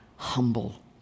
humble